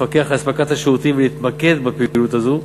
לפקח על אספקת השירותים להתמקד בפעילות זו,